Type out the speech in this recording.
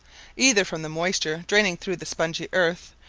either from the moisture draining through the spongy earth,